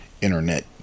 internet